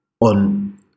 on